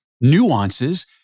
nuances